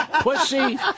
pussy